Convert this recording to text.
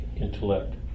intellect